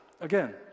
again